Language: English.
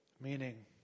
Meaning